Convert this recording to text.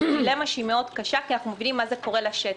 זה דילמה קשה מאוד כי אנחנו מבינים מה זה גורם לשטח.